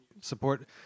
support